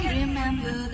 remember